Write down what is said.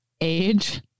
age